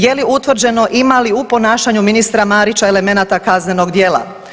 Je li utvrđeno ima li u ponašanju ministra Marića elemenata kaznenog djela?